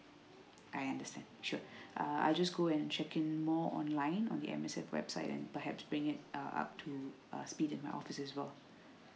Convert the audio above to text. I understand sure uh I just go and check in more online um at the M_S_F website and perhaps bring it uh up to a speed in my office as well